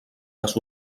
les